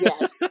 yes